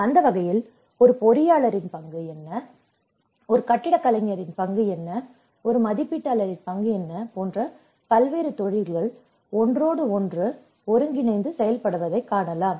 அந்த வகையில் ஒரு பொறியாளரின் பங்கு என்ன ஒரு கட்டிட கலைஞரின் பங்கு என்ன ஒரு மதிப்பீட்டாளரின் பங்கு என்ன போன்ற பல்வேறு தொழில்கள் ஒன்றோடு ஒன்று ஒருங்கிணைத்து செயல்படுவதை காணலாம்